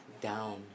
down